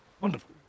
Wonderful